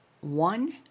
one